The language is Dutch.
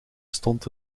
stond